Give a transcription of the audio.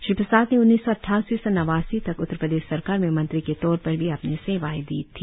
श्री प्रसाद ने उन्नीस सौं अद्वासी से नवासी तक उत्तर प्रदेश सरकार में मंत्री के तौर पर भी अपनी सेवाएं दी थी